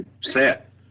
set